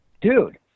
dude